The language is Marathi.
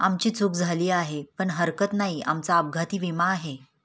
आमची चूक झाली आहे पण हरकत नाही, आमचा अपघाती विमा आहे